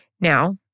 Now